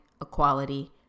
equality